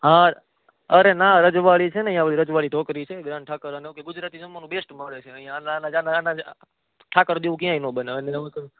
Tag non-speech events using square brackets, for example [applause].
હા અરે ના રજવાળી છે અઇ રજવાળી ઢોકરી છે ગ્રાન ઠાકોર અને ગુજરાતી જમવાનું બેસ્ટ મળે છે અઇ આનાજ ઠાકર જેવુ ક્યાંય નો બનાવે [unintelligible]